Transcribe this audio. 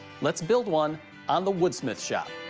let's build one on the wood smith shop.